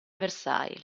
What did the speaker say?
versailles